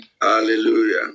hallelujah